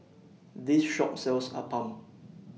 This Shop sells Appam